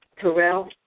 Terrell